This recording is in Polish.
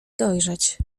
dojrzeć